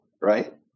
right